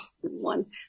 one